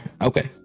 Okay